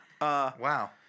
Wow